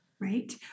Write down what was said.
Right